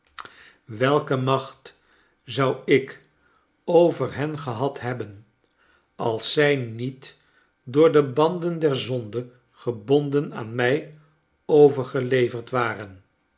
welke macht zou ik over hen gehad hebben als zij niet door de banden der zonde gebonden aan mij overgeleverd waren